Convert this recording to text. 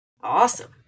Awesome